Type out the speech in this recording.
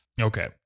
Okay